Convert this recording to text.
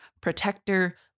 protector